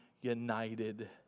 united